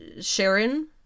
Sharon